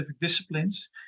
disciplines